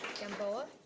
gamboa.